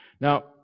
Now